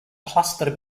clustered